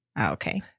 okay